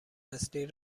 نسلی